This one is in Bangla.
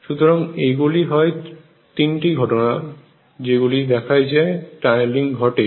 সুতরাং এইগুলি হয় তিনটি ঘটনা যেগুলি দেখাই আমাদের যে টানেলিং ঘটে